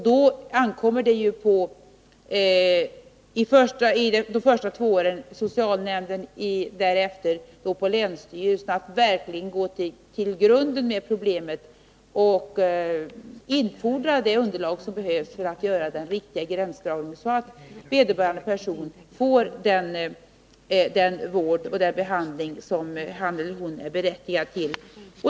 Det ankommer under de första två åren efter lagens ikraftträdande på socialnämnden och därefter på länsstyrelsen att verkligen gå till grunden med problemet och infordra det underlag som behövs för att göra den riktiga gränsdragningen, så att vederbörande får just den vård och den behandling som hon eller han är berättigad till.